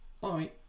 Bye